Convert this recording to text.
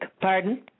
Pardon